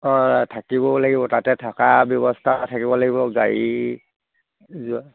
অঁ থাকিবও লাগিব তাতে থকা ব্যৱস্থা থাকিব লাগিব গাড়ী যোৱা